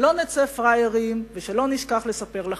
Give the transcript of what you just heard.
של, לא נצא פראיירים, ושלא נשכח לספר לחבר'ה.